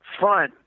Fun